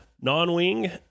Non-wing